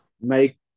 Make